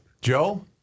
Joe